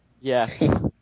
Yes